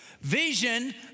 Vision